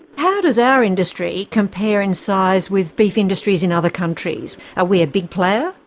how does our industry, compare in size with beef industries in other countries? are we a big player?